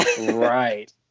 Right